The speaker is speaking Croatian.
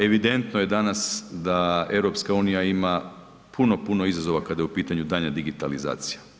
Evidentno je danas da EU ima puno, puno izazova kada je u pitanju daljnja digitalizacija.